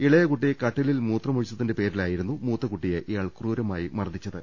ഇളയകുട്ടി കട്ടിലിൽ മൂത്രമൊ ഴിച്ചതിന്റെ പേരിലായിരുന്നു മൂത്തകുട്ടിയെ ഇയാൾ ക്രൂരമായി മർദ്ദിച്ചത്